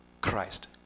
Christ